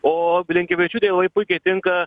o blinkevičiūtė jau puikiai tinka